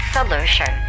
solution